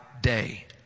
day